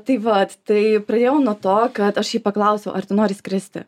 tai vat tai pradėjau nuo to kad aš jį paklausiau ar tu nori skristi